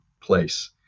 place